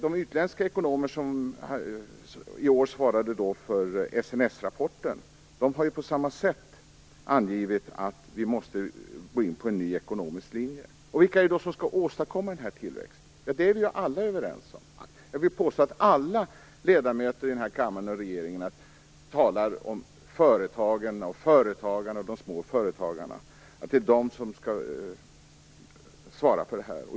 De utländska ekonomer som i år svarade för SNS rapporten har på motsvarande sätt angivit att vi måste gå in för en ny ekonomisk linje. Vilka är det då som skall åstadkomma den här tillväxten? Det är vi alla överens om. Jag vill påstå att alla ledamöter i kammaren och i regeringen talar om att det är företagen, företagarna och de små företagarna som skall svara för den.